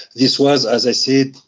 this was, as i said,